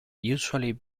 usually